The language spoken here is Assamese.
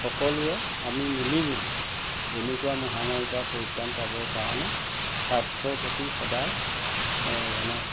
সকলোৱে আমি মিলি জুলি এনেকুৱা মহামাৰীৰ পৰা পৰিত্ৰাণ পাবৰ কাৰণে স্বাস্থ্যৰ প্ৰতি সদায় মানে